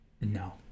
No